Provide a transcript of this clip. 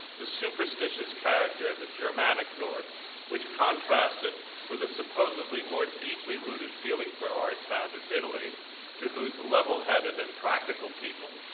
the superstitious character of the germanic north which contrasted with the supposedly more deeply rooted feeling for art found in italy to whose level-headed and practical people,